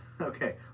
Okay